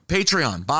Patreon